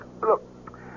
Look